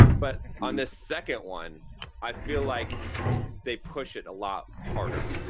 but on the second one i feel like they push it a lot harder,